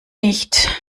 nicht